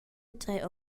trer